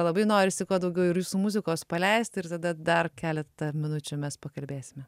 labai norisi kuo daugiau ir jūsų muzikos paleist ir tada dar keletą minučių mes pakalbėsime